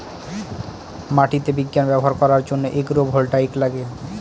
মাটিতে বিজ্ঞান ব্যবহার করার জন্য এগ্রো ভোল্টাইক লাগে